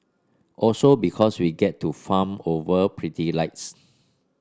also because we get to fawn over pretty lights